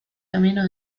camino